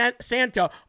Santa